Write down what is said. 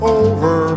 over